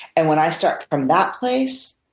and when i start from that place,